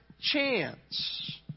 chance